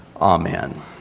Amen